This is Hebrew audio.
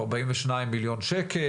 ארבעים ושניים מיליון שקל,